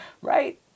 right